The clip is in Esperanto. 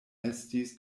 estis